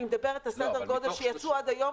אני מדברת על סדר גודל שיצאו עד היום,